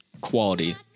quality